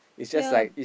yea